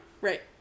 Right